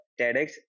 TEDx